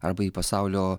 arba į pasaulio